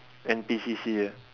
N_P_C_C ah